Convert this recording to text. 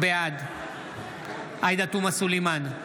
בעד עאידה תומא סלימאן,